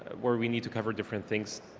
where we need to cover different things.